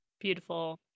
Beautiful